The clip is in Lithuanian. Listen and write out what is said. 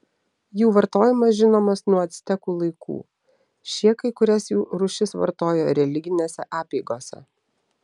jų vartojimas žinomas nuo actekų laikų šie kai kurias jų rūšis vartojo religinėse apeigose